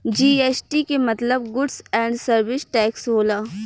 GST के मतलब goods and service tax होला